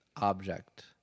object